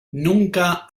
nunca